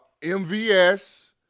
MVS